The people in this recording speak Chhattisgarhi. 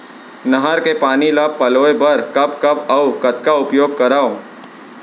नहर के पानी ल पलोय बर कब कब अऊ कतका उपयोग करंव?